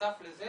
בנוסף לזה